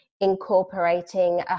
incorporating